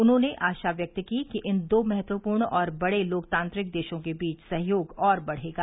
उन्होंने आशा व्यक्त की कि इन दो महत्वपूर्ण और बर्डे लोकतांत्रिक देशों के बीच सहयोग और बढ़ेगा